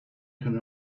can